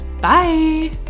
Bye